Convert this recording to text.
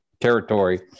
territory